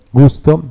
gusto